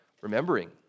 remembering